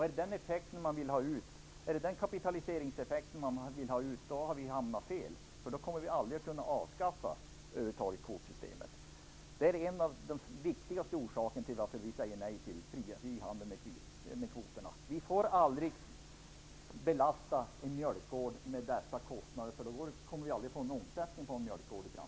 Är det den kapitaliseringseffekten som man vill ha ut, då har vi hamnat fel. Då kommer vi nämligen över huvud taget aldrig att kunna avskaffa kvotsystemet. Det är en av de viktigaste orsakerna till att vi säger nej till frihandel med kvoterna. Vi får aldrig belasta en mjölkgård med dessa kostnader, eftersom vi då aldrig kommer att få någon omsättning på en mjölkgård i framtiden.